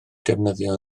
defnyddio